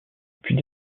puis